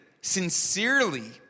sincerely